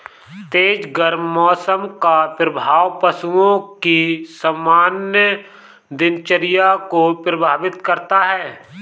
तेज गर्म मौसम का प्रभाव पशुओं की सामान्य दिनचर्या को प्रभावित करता है